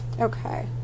Okay